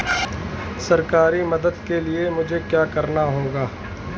सरकारी मदद के लिए मुझे क्या करना होगा?